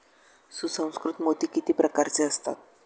सुसंस्कृत मोती किती प्रकारचे असतात?